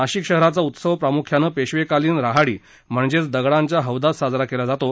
नाशिक शहराचा उत्सव प्रामुख्यानं पेशवेकालीन राहाडी म्हणजेच दगडांच्या हौदात साजरा केला जातो